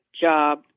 job